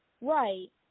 Right